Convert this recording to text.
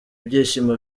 ibyishimo